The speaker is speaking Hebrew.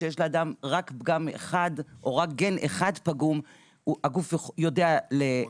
כשיש לאדם רק פגם אחד או רק גן אחד פגום הגוף יודע להתמודד.